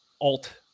alt